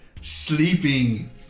Sleeping